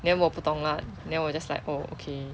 then 我不懂啦 then 我 just like oh okay